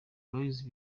boyz